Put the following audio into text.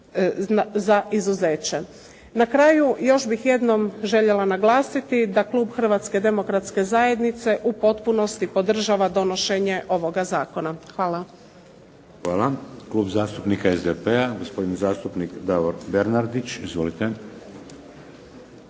za izuzeće. Na kraju, još bih jednom željela naglasiti da klub Hrvatske demokratske zajednice u potpunosti podržava donošenje ovoga zakona. Hvala. **Šeks, Vladimir (HDZ)** Hvala. Klub zastupnika SDP-a, gospodin zastupnik Davor Bernardić. Izvolite.